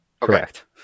Correct